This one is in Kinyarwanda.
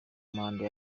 manda